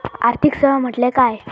आर्थिक सेवा म्हटल्या काय?